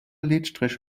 lidstrich